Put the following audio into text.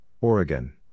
Oregon